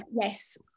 Yes